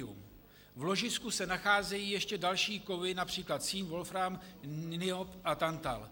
V ložisku se nacházejí ještě další kovy, například cín, wolfram, niob a tantal.